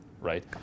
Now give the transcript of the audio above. right